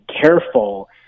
careful